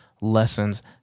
lessons